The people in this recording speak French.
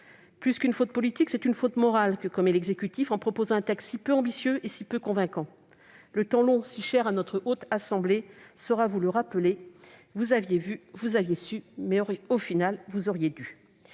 Plus qu'une faute politique, c'est une faute morale que commet l'exécutif en proposant un texte si peu ambitieux et si peu convaincant. Le temps long, si cher à notre Haute Assemblée, saura vous le rappeler : vous aviez vu, vous aviez su, mais en définitive, vous auriez dû